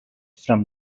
from